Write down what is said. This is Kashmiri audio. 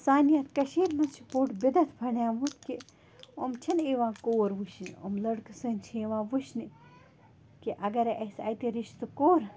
سانِہ یَتھ کٔشیٖر منٛز چھُ بوٚڑ بِدعت بنیمُت کہِ یِم چھِنہٕ یِوان کوٗر وُچھِنہِ یِم لَڑکہٕ سنٛدۍ چھِ یِوان وُچھِنہِ کہِ اگرے اَسہِ اَتہِ رِشتہٕ کوٚر